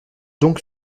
donc